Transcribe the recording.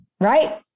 right